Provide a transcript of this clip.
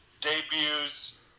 debuts